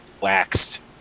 waxed